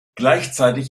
gleichzeitig